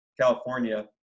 California